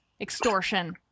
extortion